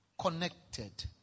connected